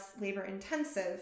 labor-intensive